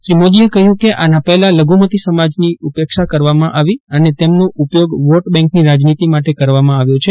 શ્રી મોદીએ કહયું કે આના પહેલા લઘ્ઘમતી સમાજની ઉપેક્ષા કરવામાં આવી અને તેમનો ઉપયોગ વોટ બેંકની રાજનીતી માટે કરવામાં આવ્યો છે